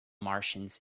martians